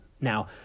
now